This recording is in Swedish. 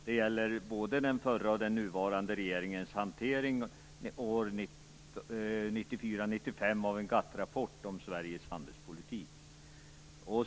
Det gäller både den förra och den nuvarande regeringens hantering år 1994-1995 av en GATT-rapport om Sveriges handelspolitik.